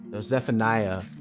Zephaniah